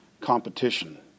competition